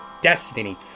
Destiny